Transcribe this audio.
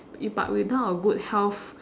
y~ but without a good health